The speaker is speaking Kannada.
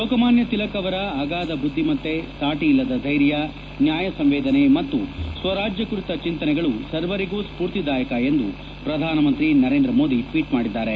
ಲೋಕಮಾನ್ಯ ತಿಲಕ್ ಅವರ ಅಗಾಧ ಬುದ್ಧಿ ಮತ್ತೆ ಸಾಟಿಯಲ್ಲದ ಧೈರ್ಯ ನ್ಯಾಯ ಸಂವೇದನೆ ಮತ್ತು ಸ್ವರಾಜ್ಯ ಕುರಿತ ಚಿಂತನೆಗಳು ಸರ್ವರಿಗೂ ಸ್ಫೂರ್ತಿದಾಯಕ ಎಂದು ಪ್ರಧಾನಮಂತ್ರಿ ನರೇಂದ್ರ ಮೋದಿ ಟ್ವೀಟ್ ಮಾಡಿದ್ದಾರೆ